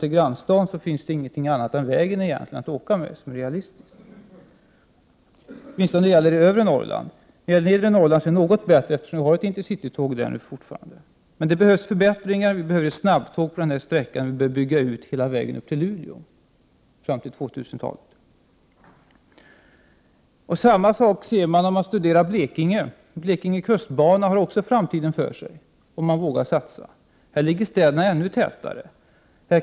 Till grannstaden finns inget annat realistiskt alternativ än att åka bil. Det gäller åtminstone i övre Norrland. I nedre Norrland är det något bättre, eftersom vi där fortfarande har ett Intercity-tåg. Det behövs förbättringar. Vi behöver snabbtåg på denna sträcka, och vi behöver bygga ut hela vägen upp till Luleå fram till 2000-talet. Samma sak ser man om man studerar Blekinge. Blekinge kustbana har också framtiden för sig, om man vågar satsa. Här ligger städerna ännu tätare.